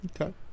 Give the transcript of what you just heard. Okay